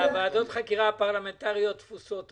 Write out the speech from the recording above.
ועדות החקירה הפרלמנטריות תפוסות עכשיו.